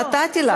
נתתי לך.